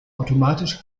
automatisch